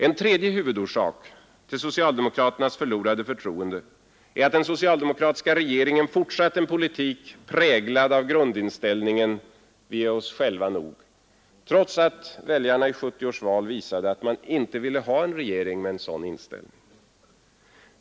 En tredje huvudorsak till socialdemokraternas förlorade förtroende är att den socialdemokratiska regeringen fortsatt en politik präglad av grundinställningen ”Vi är oss själva nog”, trots att väljarna i 1970 års val visade att man inte ville ha en regering med en sådan inställning.